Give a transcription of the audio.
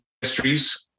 histories